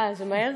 אה, זה מהר?